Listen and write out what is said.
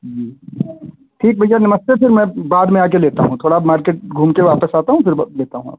जी ठीक भैया नमस्ते फिर मैं बाद में आ कर लेता हूँ थोड़ा मार्केट घूम कर वापस आता हूँ फिर लेता हूँ आ कर